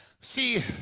See